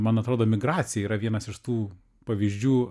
man atrodo migracija yra vienas iš tų pavyzdžių